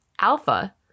alpha